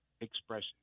expression